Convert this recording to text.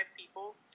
people